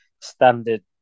standard